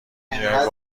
دنیای